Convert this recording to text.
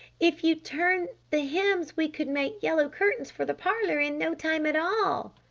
if you'd turn the hems we could make yellow curtains for the parlor in no time at all!